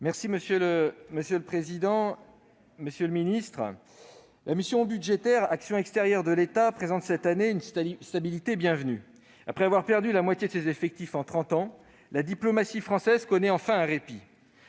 Monsieur le président, monsieur le ministre, la mission « Action extérieure de l'État » présente cette année une stabilité bienvenue. Après avoir perdu la moitié de ses effectifs en trente ans, la diplomatie française connaît enfin un répit.